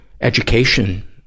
education